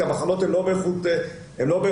כי המחנות הם לא באיכות נמוכה.